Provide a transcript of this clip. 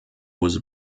was